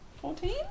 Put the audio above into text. Fourteen